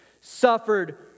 suffered